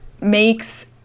makes